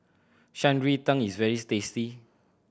Shan Rui Tang is very tasty